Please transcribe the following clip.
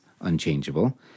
unchangeable